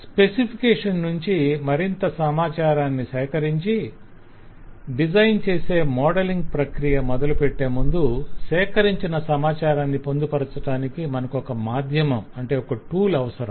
specification నుంచి మరింత సమాచారాన్ని సేకరించి డిజైన్ చేసే మోడలింగ్ ప్రక్రియ మొదలుపెట్టేముందు సేకరించిన సమాచారాన్ని పొందుపరచటానికి మనకొక మాధ్యమం అవసరం